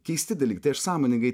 keisti dalykai tai aš sąmoningai